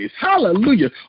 Hallelujah